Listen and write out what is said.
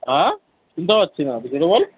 অ্যাঁ শুনতে পাচ্ছি না একটু জোরে বল